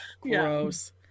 gross